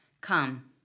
come